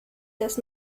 das